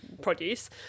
produce